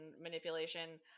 manipulation